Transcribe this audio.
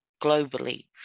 globally